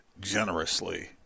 generously